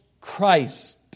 Christ